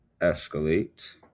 escalate